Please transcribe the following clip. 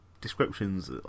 descriptions